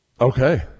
Okay